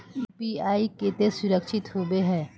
UPI केते सुरक्षित होबे है?